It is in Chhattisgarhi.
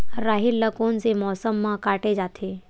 राहेर ल कोन से मौसम म काटे जाथे?